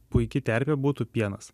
puiki terpė būtų pienas